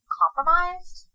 compromised